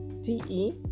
D-E